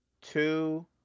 two